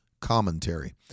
Commentary